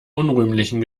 unrühmlichen